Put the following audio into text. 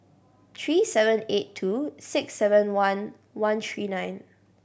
three seven eight two six seven one one three nine